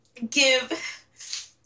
Give